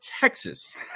Texas